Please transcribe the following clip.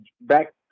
back